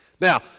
Now